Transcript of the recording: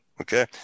Okay